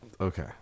okay